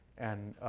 and